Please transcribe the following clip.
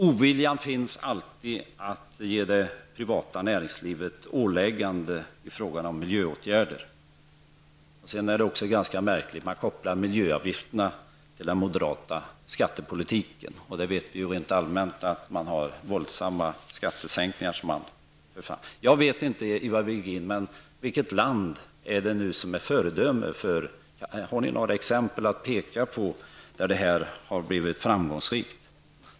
Det finns alltid en ovilja att ge det privata näringslivet ålägganden i fråga om miljöåtgärder. Det är också ganska märkligt att man kopplar miljöavgifterna till den moderata skattepolitiken. Vi vet ju rent allmänt att man för fram förslag om våldsamma skattesänkningar. Vilket land är det som är föredöme för detta, Ivar Virgin? Har ni några exempel att peka på där detta har blivit framgångsrikt?